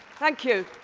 thank you.